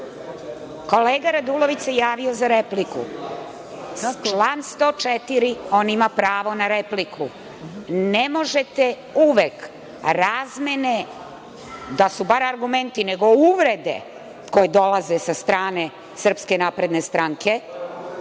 Kolega Radulović se javio za repliku. Član 104, ima pravo na repliku. Ne možete uvek razmene, da su bar argumenti, nego uvrede koje dolaze sa strane SNS, da završavate tako